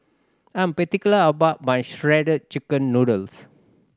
I'm particular about my Shredded Chicken Noodles